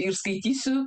ir skaitysiu